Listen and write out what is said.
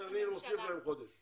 אני מוסיף להם חודש.